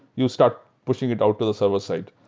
you start pushing it out to the server side.